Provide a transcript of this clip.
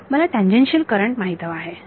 मला tangential current माहित हवे आहेत